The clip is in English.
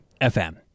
fm